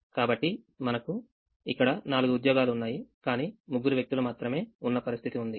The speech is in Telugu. కాబట్టి మనకు ఇక్కడ నాలుగు ఉద్యోగాలుఉన్నాయి కాని ముగ్గురు వ్యక్తులు మాత్రమే ఉన్న పరిస్థితి ఉంది